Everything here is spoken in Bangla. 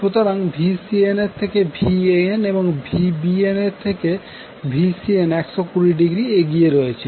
সুতরাং এক্ষেত্রে Vcnএর থেকে Van এবং Vbnএর থেকে Vcn 120০এগিয়ে আছে